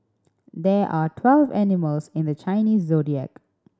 there are twelve animals in the Chinese Zodiac